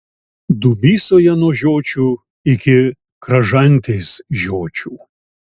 dubysoje nuo žiočių iki kražantės žiočių